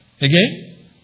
Again